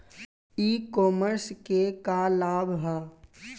ई कॉमर्स क का लाभ ह?